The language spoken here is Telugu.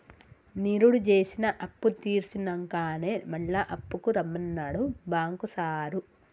నిరుడు జేసిన అప్పుతీర్సినంకనే మళ్ల అప్పుకు రమ్మన్నడు బాంకు సారు